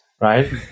right